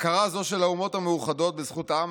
"הכרה זו של האומות המאוחדות בזכות העם